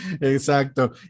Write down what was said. exacto